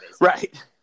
right